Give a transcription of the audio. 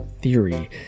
theory